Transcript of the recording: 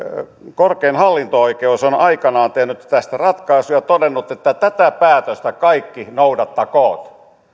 korkein hallinto oikeus on aikanaan tehnyt tästä ratkaisun ja todennut että tätä päätöstä kaikki noudattakoot